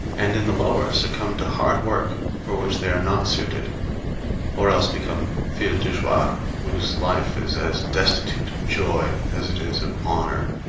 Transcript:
and in the lower succumb to hard work for which they are not suited or else become filles de joie, whose life is as destitute of joy as it is of honor.